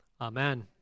Amen